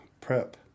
prep